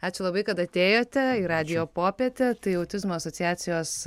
ačiū labai kad atėjote į radijo popietę tai autizmo asociacijos